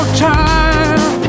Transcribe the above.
time